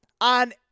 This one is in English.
on